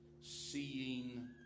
seeing